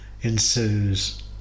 ensues